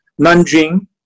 Nanjing